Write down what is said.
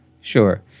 sure